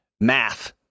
Math